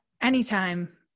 anytime